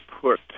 put